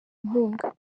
inkunga